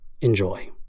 Enjoy